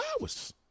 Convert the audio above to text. hours